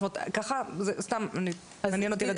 זה פשוט מעניין אותי.